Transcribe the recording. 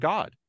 God